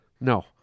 No